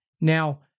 Now